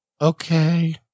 Okay